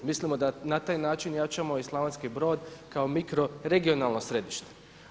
Mislim da na taj način jačamo i Slavonski Brod kao mikro regionalno središte.